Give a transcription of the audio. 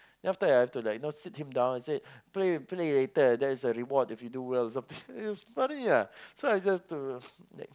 then after that I'll have to like you know sit him down and say play play later there's a reward if you do well or something it was funny lah so I just have to